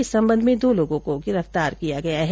इस संबंध में दो लोगों को गिरफ्तार किया गया है